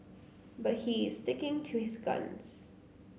but he is sticking to his guns